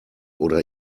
oder